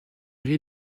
série